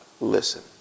listen